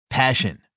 Passion